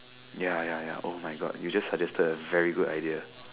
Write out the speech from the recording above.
ya ya ya [oh]-my-God you just suggested a very good idea